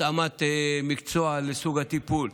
התאמת מקצוע לסוג הטיפול,